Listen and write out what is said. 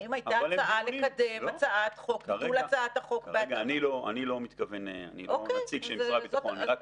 האם הייתה הצעה לקדם הצעת חוק --- אני לא נציג של משרד הביטחון.